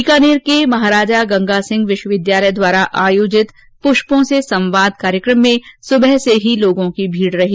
बीकानेर के महाराजा गंगा सिंह विश्वविद्यालय द्वारा आयोजित पुष्पों से संवाद कार्यक्रम में सुबह से लोगों की भीड़ रही